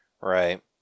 Right